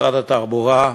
משרד התחבורה,